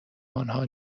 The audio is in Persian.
آنها